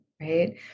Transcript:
right